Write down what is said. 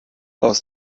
aus